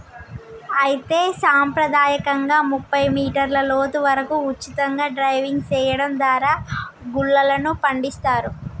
అయితే సంప్రదాయకంగా ముప్పై మీటర్ల లోతు వరకు ఉచితంగా డైవింగ్ సెయడం దారా గుల్లలను పండిస్తారు